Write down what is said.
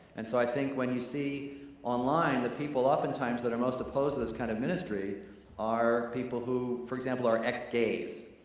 and so i think when you see online the people oftentimes that are most opposed to this kind of ministry are people who, for example are ex-gays,